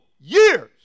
years